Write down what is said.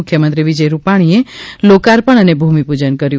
મુખ્યમંત્રી વિજય રૂપાણીએ લોકાર્પણ અને ભૂમિપૂજન કર્યું